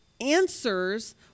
answers